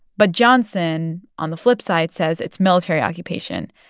but johnson, on the flip side, says it's military occupation.